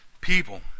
people